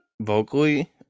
vocally